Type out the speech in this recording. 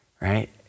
right